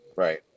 Right